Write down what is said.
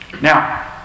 Now